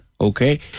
Okay